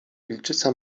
wilczyca